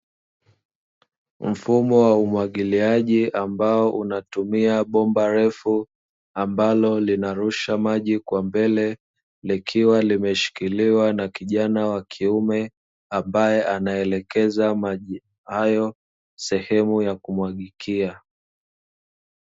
Mfumo wa umwagiliaji ambao unatumia bomba refu ambalo linarusha maji kwa mbele, likiwa limeshikiliwa na kijana wa kiume ambae anaelekeza maji hayo sehemu ya kumwagikia.